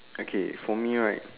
okay for me right